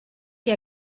que